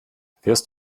fährst